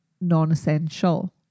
non-essential